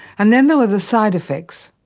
and then there were the side effects.